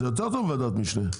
זה יותר טוב מועדת משנה.